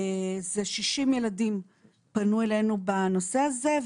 60 ילדים פנו אלינו בנושא הזה.